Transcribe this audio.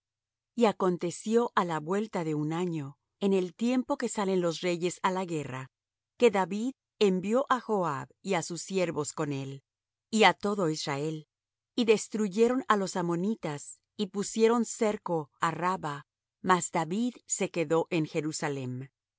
y acontecio á la vuelta de un año en el tiempo que salen los reyes á la guerra que david envió á joab y á sus siervos con él y á todo israel y destruyeron á los ammonitas y pusieron cerco á rabba mas david se quedó en jerusalem